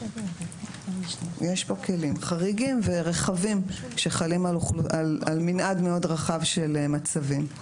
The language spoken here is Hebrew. יש פה כלים חריגים ורחבים שחלים על מנעד מאוד רחב של מצבים.